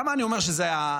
למה אני אומר שזו התחתית,